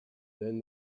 then